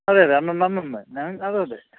അതെ അതെ അന്നന്ന് അന്നന്ന് അതെ അതെ